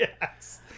Yes